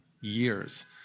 years